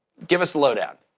give us a lowdown.